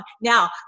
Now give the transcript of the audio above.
now